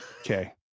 okay